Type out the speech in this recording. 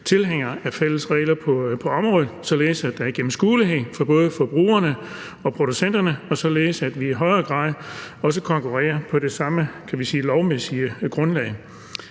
tilhængere af fælles regler på området, således at der er gennemskuelighed for både forbrugerne og producenterne, og således at vi i højere grad også konkurrerer på det, kan vi sige, samme lovmæssige grundlag.